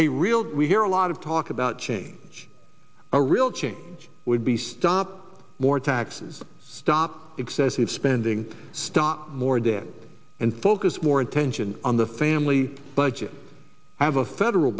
a real we hear a lot of talk about change a real change would be stop more taxes stop excessive spending stop more debt and focus more attention on the family budget as a federal